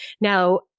Now